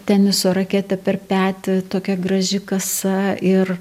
teniso raketė per petį tokia graži kasa ir